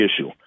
issue